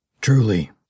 Truly